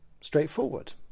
straightforward